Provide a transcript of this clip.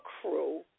crew